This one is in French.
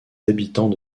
habitants